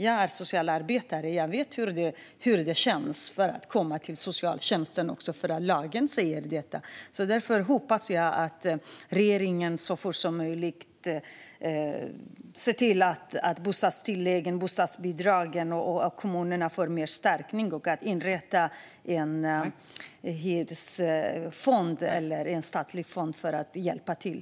Jag är socialarbetare och vet hur det känns att komma till socialtjänsten, men lagen säger detta. Därför hoppas jag att regeringen så fort som möjligt ser över bostadstilläggen och bostadsbidragen, ser till att kommunerna får mer förstärkning samt inrättar en hyresfond eller en statlig fond för att hjälpa till.